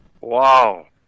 Wow